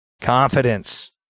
Confidence